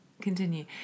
Continue